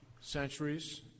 centuries